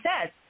says